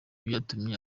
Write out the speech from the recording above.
byatumye